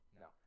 No